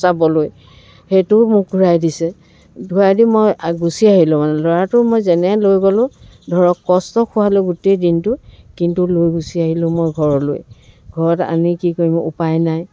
চাবলৈ সেইটোও মোক ঘূৰাই দিছে ঘূৰাই দি গুচি আহিলোঁ মানে মই ল'ৰাটো মই যেনে লৈ গ'লোঁ ধৰক কষ্ট খুৱালোঁ গোটেই দিনটো কিন্তু লৈ গুচি আহিলোঁ মই ঘৰলৈ ঘৰত আনি কি কৰিম উপায় নাই